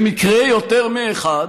במקרה יותר מאחד,